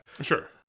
sure